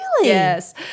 Yes